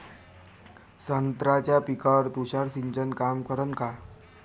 संत्र्याच्या पिकावर तुषार सिंचन काम करन का?